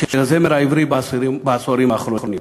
של הזמר העברי בעשורים האחרונים.